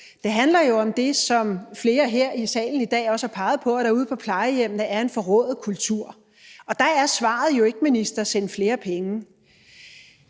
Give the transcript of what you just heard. Det handler jo om det, som flere her i salen i dag også har peget på, nemlig at der ude på plejehjemmene er en forrået kultur, og der er svaret jo ikke, minister, at sende flere penge.